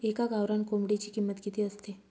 एका गावरान कोंबडीची किंमत किती असते?